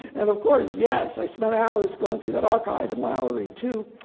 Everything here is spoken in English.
and of course, yes, i spent hours going through that archive and lowery, too.